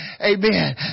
Amen